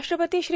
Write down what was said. राष्ट्रपती श्री